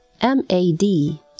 M-A-D